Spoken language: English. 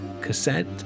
cassette